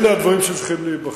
אלה הדברים שצריכים להיבחן,